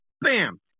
bam